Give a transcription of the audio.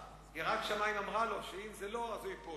יראת שמים אמרה לו שאם זה לא, אז הוא ייפול.